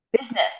business